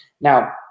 Now